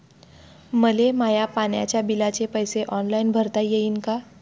मले माया पाण्याच्या बिलाचे पैसे ऑनलाईन भरता येईन का?